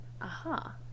Aha